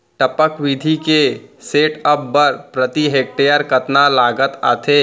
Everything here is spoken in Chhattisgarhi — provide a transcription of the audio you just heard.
टपक विधि के सेटअप बर प्रति हेक्टेयर कतना लागत आथे?